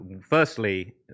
Firstly